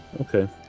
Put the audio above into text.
Okay